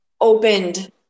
opened